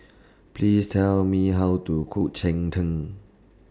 Please Tell Me How to Cook Cheng Tng